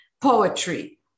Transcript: poetry